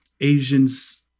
asians